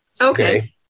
Okay